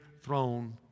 throne